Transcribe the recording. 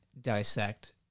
dissect